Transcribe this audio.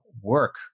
work